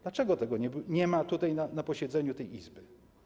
Dlaczego tego nie ma tutaj na posiedzeniu tej Izby?